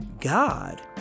God